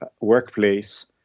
workplace